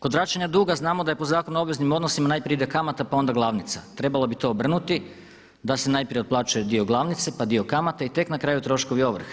Kod vraćanja duga znamo da je po Zakonu o obveznim odnosima najprije ide kamata pa onda glavnica, trebalo bi to obrnuti da se najprije otplaćuje dio glavnice, pa dio kamate i tek na kraju troškovi ovrhe.